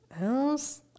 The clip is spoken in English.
else